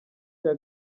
cya